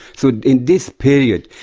so in this period,